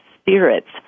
spirits